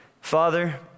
Father